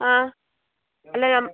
ആ അല്ല